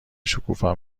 شکوفا